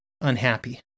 unhappy